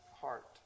heart